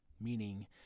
meaning